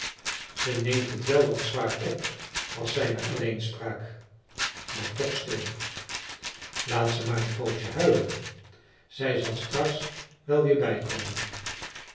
zij neemt het wel wat zwaar op was zijne alleenspraak maar toch stil laat ze maar een poosje huilen zij zal straks wel weer bijkomen